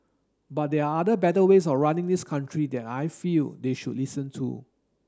but there are other better ways of running this country that I feel they should listen to